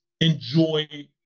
enjoy